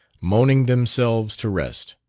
moaning themselves to rest.